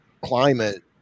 climate